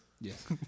Yes